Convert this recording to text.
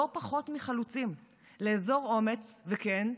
לא פחות מחלוצים, לאזור אומץ, כן,